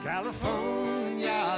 California